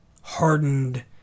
hardened